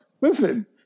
Listen